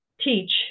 teach